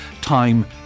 time